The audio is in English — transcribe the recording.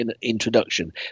introduction